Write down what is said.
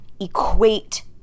equate